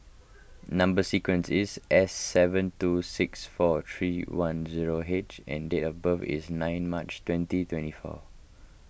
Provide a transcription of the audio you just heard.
Number Sequence is S seven two six four three one zero H and date of birth is nine March twenty twenty four